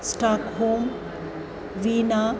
stockholm Vienna